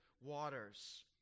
waters